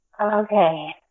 Okay